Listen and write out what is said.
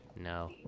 No